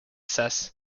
says